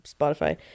Spotify